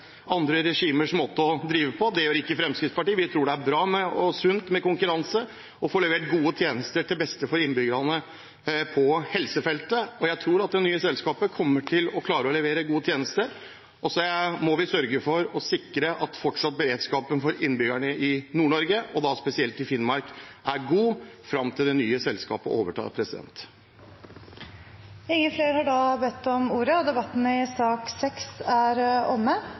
andre regimers måte å drive på. Det vil ikke Fremskrittspartiet. Vi tror det er sunt med konkurranse for å få levert gode tjenester, til det beste for innbyggerne, på helsefeltet. Jeg tror at det nye selskapet kommer til å klare å levere gode tjenester. Og så må vi sikre at beredskapen for innbyggerne i Nord-Norge, spesielt i Finnmark, forblir god fram til det nye selskapet overtar. Flere har ikke bedt om ordet til sak